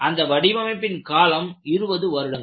அந்த வடிவமைப்பின் காலம் 20 வருடங்கள்